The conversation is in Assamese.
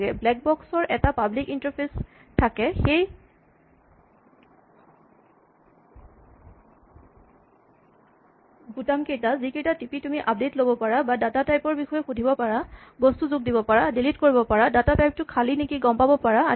ব্লেক বক্স ৰ এটা পাব্লিক ইন্টাৰফেচ থাকে সেই বুটাম কেইটা যিকেইটা টিপি তুমি আপডেট ল'ব পাৰা বা ডাটা টাইপ ৰ বিষয়ে সুধিব পাৰা বস্তু যোগ দিব পাৰা ডিলিট কৰিব পাৰা ডাটা টাইপ টো খালী নেকি গম পাব পাৰা আদি